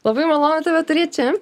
labai malonu tave turėt čia